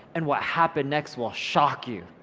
and what happened next will shock you,